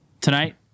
tonight